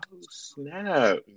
snap